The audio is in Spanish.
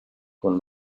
con